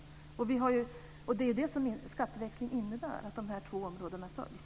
Innebörden av skatteväxlingen är att utvecklingen på de här två områdena följs.